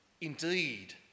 indeed